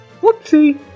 Whoopsie